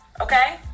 Okay